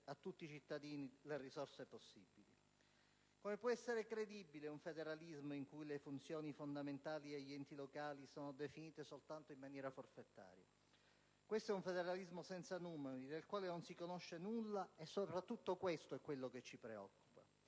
a tutti i cittadini le risorse possibili? Come può essere credibile un federalismo in cui le funzioni fondamentali degli enti locali sono definite soltanto in maniera forfetaria? Questo è un federalismo senza numeri, del quale non si conosce nulla, e soprattutto questo è quello che ci preoccupa.